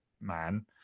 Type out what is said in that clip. man